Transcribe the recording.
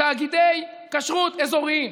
תאגידי כשרות אזוריים.